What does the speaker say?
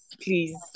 Please